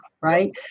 right